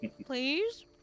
please